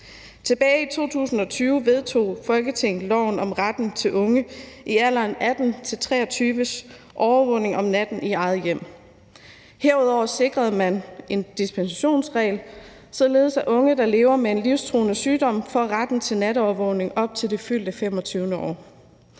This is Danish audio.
Tilbage i 2020 vedtog Folketinget loven om, at unge i alderen 18-23 år har ret overvågning i eget hjem om natten. Herudover sikrede man en dispensationsregel, således at unge, der lever med en livstruende sygdom, får ret til natovervågning op til det fyldte 25. år.